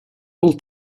full